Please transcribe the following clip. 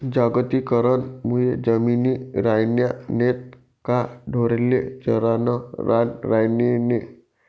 जागतिकीकरण मुये जमिनी रायन्या नैत का ढोरेस्ले चरानं रान रायनं नै